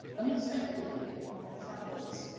unexpectedly on their travels,